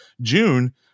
June